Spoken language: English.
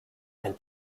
and